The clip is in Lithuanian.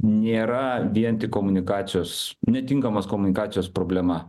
nėra vien tik komunikacijos netinkamos komunikacijos problema